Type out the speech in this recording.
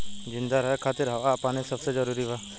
जिंदा रहे खातिर हवा आ पानी सब जरूरी बा